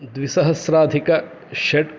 द्विसहस्राधिक षट्